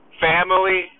family